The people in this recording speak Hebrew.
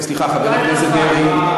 סליחה, חבר הכנסת דרעי.